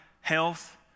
health